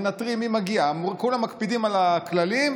ומנטרים מי מגיע וכולם מקפידים על הכללים,